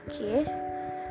okay